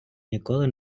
ніколи